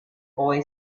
boy